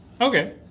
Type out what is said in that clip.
Okay